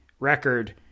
record